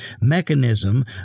mechanism